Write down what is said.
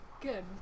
Good